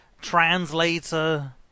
translator